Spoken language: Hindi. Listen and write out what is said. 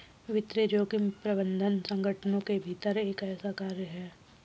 वित्तीय जोखिम प्रबंधन संगठनों के भीतर एक ऐसा कार्य है